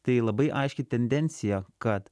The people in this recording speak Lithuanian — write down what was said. tai labai aiški tendencija kad